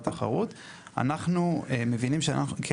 אנחנו חושבים שזה יתרום לתחרות.